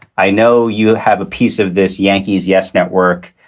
i know you have a piece of this yankees. yes. network.